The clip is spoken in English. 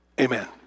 Amen